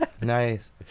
Nice